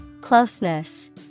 Closeness